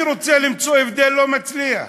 אני רוצה למצוא הבדל ולא מצליח.